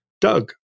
Doug